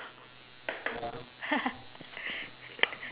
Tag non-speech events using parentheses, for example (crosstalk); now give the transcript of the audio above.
(laughs)